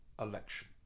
election